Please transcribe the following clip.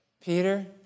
Peter